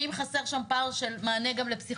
ואם יש פער של מענה גם לפסיכולוגים,